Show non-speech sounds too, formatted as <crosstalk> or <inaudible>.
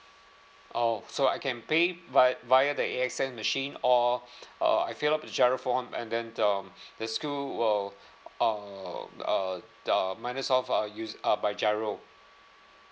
oh so I can pay via via the A_X_S machine or <breath> or I fill up the giro form and then um the school will uh uh uh minus off uh used uh by giro